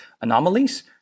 anomalies